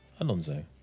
Alonso